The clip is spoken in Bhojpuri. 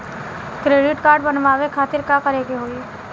क्रेडिट कार्ड बनवावे खातिर का करे के होई?